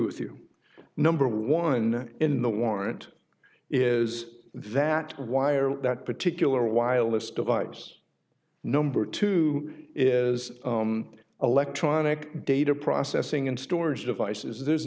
with you number one in the warrant is that wire that particular wireless device number two is electronic data processing and storage devices there's